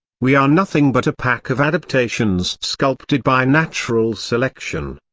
we are nothing but a pack of adaptations sculpted by natural selection.